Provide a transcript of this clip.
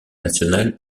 nationale